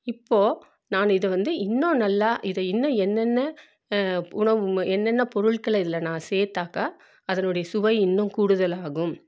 இப்போது நான் இதை வந்து இன்னும் நல்லா இதை இன்னும் என்னென்ன உணவு உ என்னென்ன பொருள்களை இதில் நான் சேர்த்தாக்கா அதனுடைய சுவை இன்னும் கூடுதலாகும்